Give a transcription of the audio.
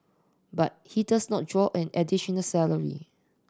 but he does not draw an additional salary